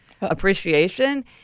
appreciation